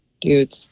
dudes